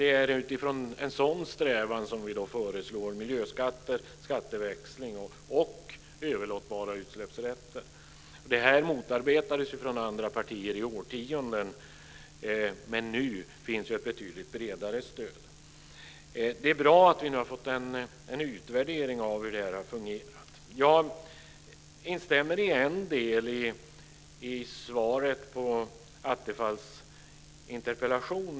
Det är utifrån en sådan strävan som vi i dag föreslår miljöskatter, skatteväxling och överlåtbara utsläppsrätter. Det motarbetades från andra partier i årtionden. Men nu finns ett betydligt bredare stöd. Det är bra att vi nu har fått en utvärdering av hur det har fungerat. Jag instämmer i en del i svaret på Attefalls interpellation.